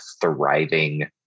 thriving